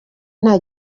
nta